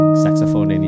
saxophone